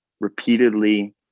repeatedly